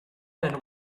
and